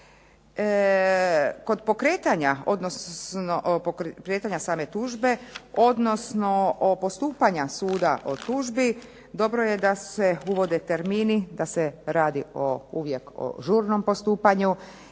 Kod pokretanja same tužbe, odnosno postupanja suda o tužbi dobro je da se uvode termini da se radi uvijek o žurnom postupanju,